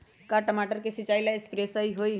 का टमाटर के सिचाई ला सप्रे सही होई?